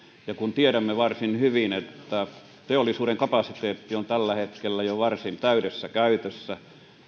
ja kun tiedämme varsin hyvin että teollisuuden kapasiteetti on tällä hetkellä jo varsin täydessä käytössä